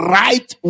right